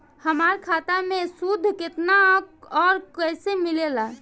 हमार खाता मे सूद केतना आउर कैसे मिलेला?